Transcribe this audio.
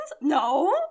No